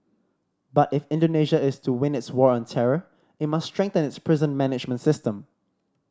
but if Indonesia is to win its war on terror it must strengthen its prison management system